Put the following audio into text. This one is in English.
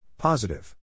Positive